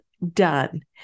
done